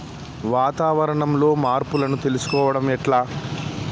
వాతావరణంలో మార్పులను తెలుసుకోవడం ఎట్ల?